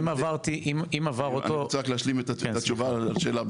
אם עברתי --- אני רוצה רק להשלים את התשובה על השאלה,